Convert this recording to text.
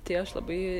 tai aš labai